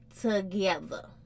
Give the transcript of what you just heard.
together